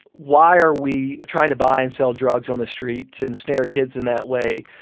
why are we trying to buy and sell drugs on the street to ensnare kids in that way?